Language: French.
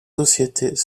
sociétés